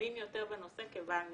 שמבין יותר בנושא כבעל ניסיון.